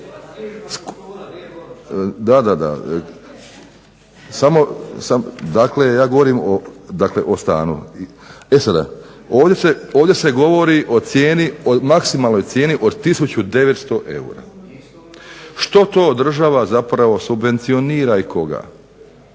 Da, da dakle ja govorim o stanu. E sada, ovdje se govori o maksimalnoj cijeni od 1900 eura. Što to država zapravo subvencionira i koga?